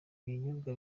ibinyobwa